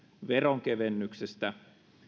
veronkevennyksestä